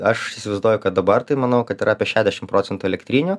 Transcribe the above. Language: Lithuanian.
aš įsivaizduoju kad dabar tai manau kad yra apie šešiasdešim procentų elektrinių